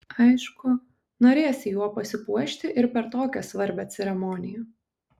aišku norėsi juo pasipuošti ir per tokią svarbią ceremoniją